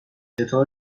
چطور